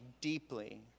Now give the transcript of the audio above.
deeply